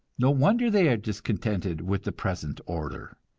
no wonder they are discontented with the present order.